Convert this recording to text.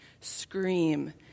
scream